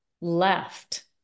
left